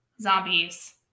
zombies